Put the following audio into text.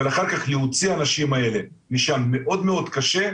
אבל אחר כך להוציא את האנשים האלה משם מאד מאד קשה,